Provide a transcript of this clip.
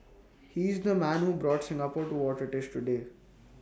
he is the man who brought Singapore to what IT is today